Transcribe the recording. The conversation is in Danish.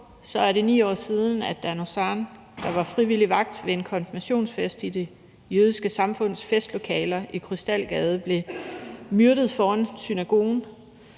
er det 9 år siden, at Dan Uzan, der var frivillig vagt ved en konfirmationsfest i Det Jødiske Samfunds festlokaler i Krystalgade, blev myrdet foran synagogen.